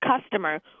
customer